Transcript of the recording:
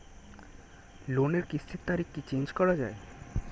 লোনের কিস্তির তারিখ কি চেঞ্জ করা যায়?